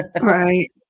right